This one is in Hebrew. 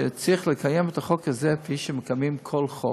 צריך לקיים את החוק הזה כפי שמקיימים כל חוק.